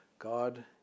God